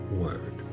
word